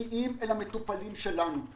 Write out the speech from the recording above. הפערים האלה מגיעים אל המטופלים שלנו.